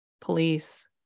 police